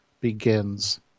begins